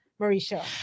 Marisha